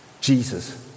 Jesus